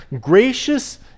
Gracious